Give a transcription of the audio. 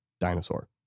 dinosaur